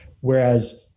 whereas